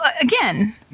again